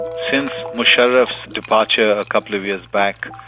since musharraf's departure a couple of years back,